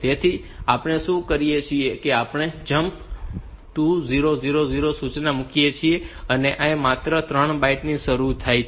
તેથી આપણે શું કરીએ છીએ કે આપણે અહીં જમ્પ 2000 સૂચના મૂકીએ છીએ અને આ માટે માત્ર 3 બાઇટ્સ જરૂરી છે